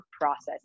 process